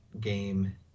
game